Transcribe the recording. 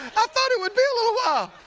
i thought it would be a little while.